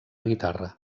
guitarra